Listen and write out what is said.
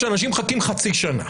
שאנשים מחכים חצי שנה,